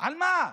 על מה?